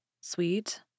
sweet